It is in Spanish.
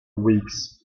whigs